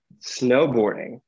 Snowboarding